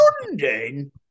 London